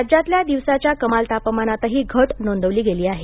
राज्यातल्या दिवसाच्या कमाल तापमानातही घट नोंदवली गेली आहे